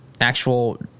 actual